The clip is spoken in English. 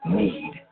need